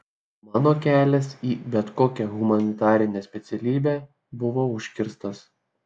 mano kelias į bet kokią humanitarinę specialybę buvo užkirstas